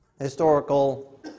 historical